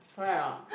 correct or not